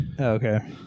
Okay